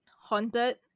haunted